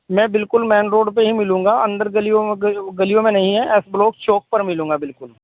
میں بالکل main road پہ ہی ملوں گا اندر گلیوں گلیوں میں نہیں ہے ایس بلوک چوک پر ملوں گا بالکل